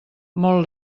molt